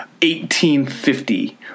1850